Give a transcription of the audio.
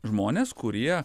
žmones kurie